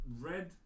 red